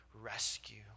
rescue